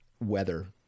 weather